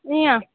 ए अँ